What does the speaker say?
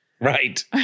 right